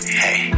hey